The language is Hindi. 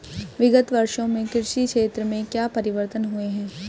विगत वर्षों में कृषि के क्षेत्र में क्या परिवर्तन हुए हैं?